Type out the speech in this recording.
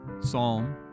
Psalm